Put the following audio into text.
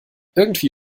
irgendwie